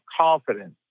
confidence